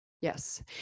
Yes